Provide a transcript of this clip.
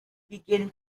begin